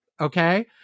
Okay